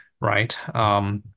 right